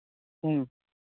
ꯎꯝ